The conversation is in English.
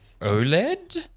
OLED